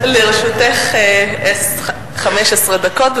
לרשותך 15 דקות.